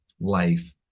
life